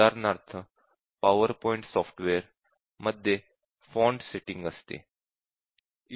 उदाहरणार्थ PowerPoint software मध्ये font setting असते